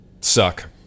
Suck